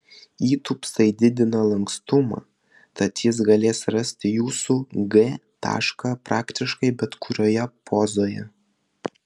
įtūpstai didina lankstumą tad jis galės rasti jūsų g tašką praktiškai bet kurioje pozoje